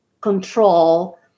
control